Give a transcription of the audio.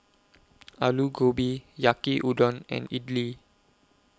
Alu Gobi Yaki Udon and Idili